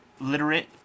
literate